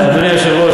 אדוני היושב-ראש,